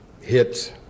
hits